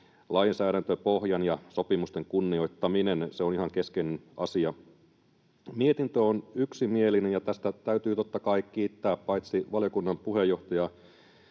lainsäädäntöpohjan ja sopimusten kunnioittaminen on ihan keskeinen asia. Mietintö on yksimielinen, ja tästä täytyy totta kai kiittää paitsi valiokunnan puheenjohtaja,